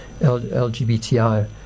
LGBTI